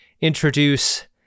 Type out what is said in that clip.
introduce